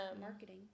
marketing